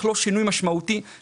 יש ירידה מאוד משמעותית בריכוזיות,